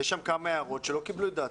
יש שם כמה הערות שלא קיבלו את דעתנו.